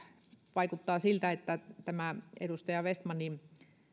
vaikuttaa siltä että tämä edustaja vestmanin